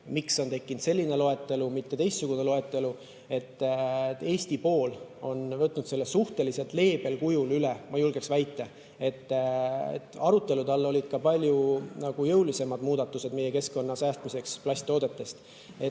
nii on tekkinud selline loetelu, mitte teistsugune loetelu. Eesti on võtnud selle suhteliselt leebel kujul üle, ma julgeks väita. Arutelude all olid ka palju jõulisemad muudatused meie keskkonna säästmiseks plasttoodetest.